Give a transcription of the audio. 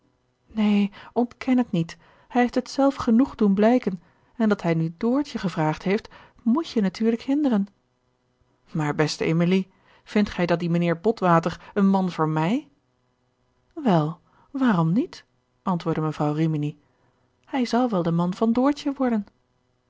neen ontken het niet hij heeft het zelf genoeg doen blijken en dat hij nu doortje gevraagd heeft moet je natuurlijk hinderen maar beste emilie vindt gij dan dien mijnheer botwater een man voor mij wel waarom niet antwoordde mevrouw rimini hij zal wel de man van doortje worden